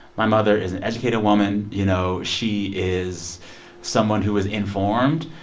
my mother is an educated woman. you know, she is someone who is informed,